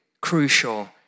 crucial